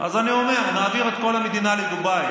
אז אני אומר, נעביר את כל המדינה לדובאי.